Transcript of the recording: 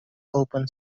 open